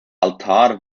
altar